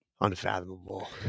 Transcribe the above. unfathomable